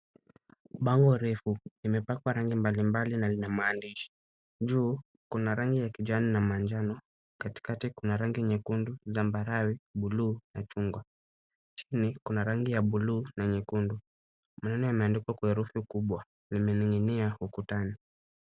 Bango refu limepakwa rangi mbalimbali na lina maandishi. Juu kuna rangi ya kijani na manjano, katikati kuna rangi nyekundu, zambarau, blue na chungwa. Chini kuna rangi ya blue na nyekundu. Maneno yameendikwa kwa herufi kubwa imeninginia ukutani.